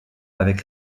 avec